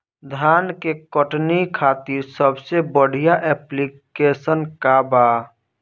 धान के कटनी खातिर सबसे बढ़िया ऐप्लिकेशनका ह?